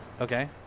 Okay